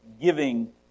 giving